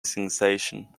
sensation